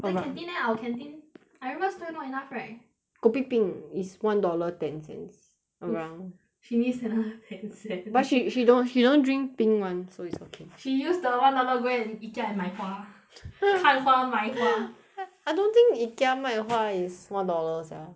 no but then canteen leh our canteen I remember still not enough right kopi 冰 is one dollar ten cents oof around she needs another ten cents but she she she don't she don't drink 冰 [one] so it's okay she use the one dollar go and Ikea and 买花看花买花 I don't think Ikea 卖花 is one dollars sia